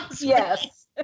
Yes